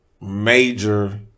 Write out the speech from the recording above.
major